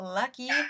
lucky